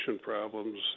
problems